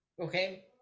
Okay